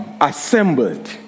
assembled